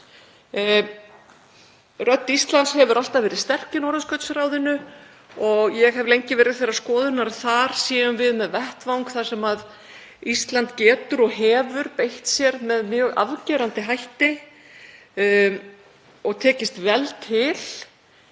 Rödd Íslands hefur alltaf verið sterk í Norðurskautsráðinu og ég hef lengi verið þeirrar skoðunar að þar séum við með vettvang þar sem Ísland getur og hefur beitt sér með mjög afgerandi hætti og tekist vel til.